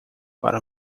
para